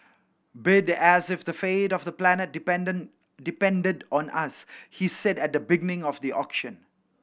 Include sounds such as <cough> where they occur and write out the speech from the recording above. bid as if the fate of the planet <unintelligible> depended on us he said at the beginning of the auction